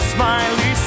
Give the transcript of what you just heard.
Smiley